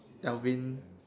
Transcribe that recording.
Alvin